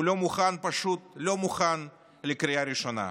הוא לא מוכן, פשוט לא מוכן לקריאה ראשונה.